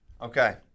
okay